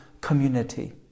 community